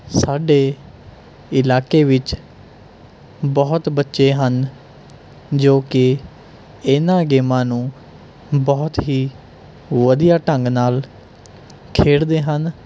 ਸਾਡੇ ਇਲਾਕੇ ਵਿੱਚ ਬਹੁਤ ਬੱਚੇ ਹਨ ਜੋ ਕਿ ਇਹਨਾਂ ਗੇਮਾਂ ਨੂੰ ਬਹੁਤ ਹੀ ਵਧੀਆ ਢੰਗ ਨਾਲ ਖੇਡਦੇ ਹਨ